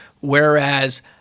Whereas